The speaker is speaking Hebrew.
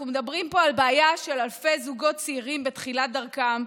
אנחנו מדברים פה על בעיה של אלפי זוגות צעירים בתחילת דרכם.